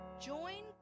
Join